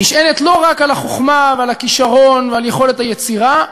נשענת לא רק על החוכמה ועל הכישרון ועל יכולת היצירה,